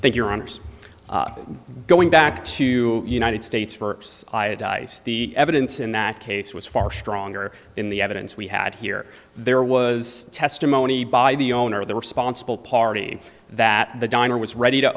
thank your honour's going back to united states for the evidence in that case was far stronger than the evidence we had here there was testimony by the owner of the responsible party that the diner was ready to